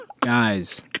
Guys